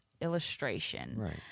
illustration